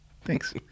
Thanks